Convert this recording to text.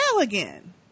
again